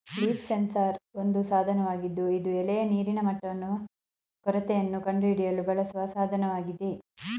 leaf sensor ಒಂದು ಸಾಧನವಾಗಿದ್ದು ಇದು ಎಲೆಯ ನೀರಿನ ಮಟ್ಟವನ್ನು ಕೊರತೆಯನ್ನು ಕಂಡುಹಿಡಿಯಲು ಬಳಸುವ ಸಾಧನವಾಗಿದೆ